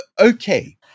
okay